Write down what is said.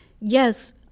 yes